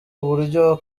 uburyo